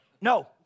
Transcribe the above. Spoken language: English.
No